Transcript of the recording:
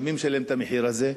מי משלם את המחיר הזה?